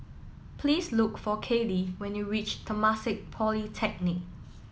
please look for Kallie when you reach Temasek Polytechnic